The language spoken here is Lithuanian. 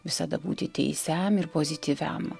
visada būti teisiam ir pozityviam